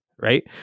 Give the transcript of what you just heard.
right